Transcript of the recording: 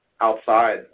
outside